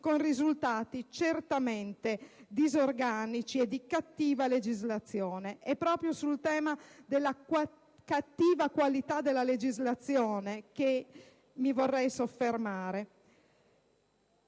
con risultati certamente disorganici e di cattiva legislazione. È proprio sul tema della cattiva qualità della legislazione che mi vorrei soffermare.